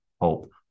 hope